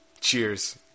Cheers